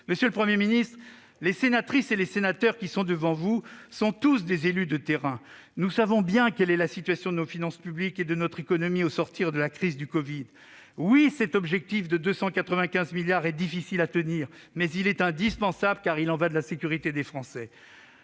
Monsieur le Premier ministre, les sénatrices et les sénateurs qui sont devant vous sont tous des élus de terrain. Nous savons bien quelle est la situation de nos finances publiques et de notre économie au sortir de la crise du covid-19. Oui, cet objectif de 295 milliards d'euros est difficile à tenir, mais il est indispensable : il y va de la sécurité des Français